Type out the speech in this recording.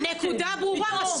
שמענו, הנקודה ברורה.